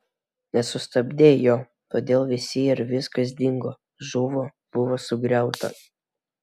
nesustabdei jo todėl visi ir viskas dingo žuvo buvo sugriauta